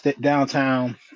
downtown